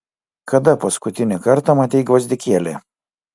kada paskutinį kartą matei gvazdikėlį